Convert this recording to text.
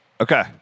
Okay